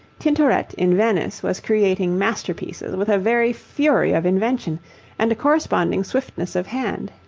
tintoret in venice was creating masterpieces with a very fury of invention and a corresponding swiftness of hand.